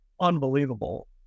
unbelievable